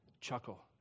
chuckle